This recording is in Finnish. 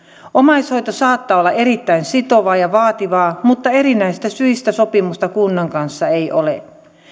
omaishoito saattaa olla erittäin sitovaa ja vaativaa mutta erinäisistä syistä sopimusta kunnan kanssa ei ole